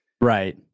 Right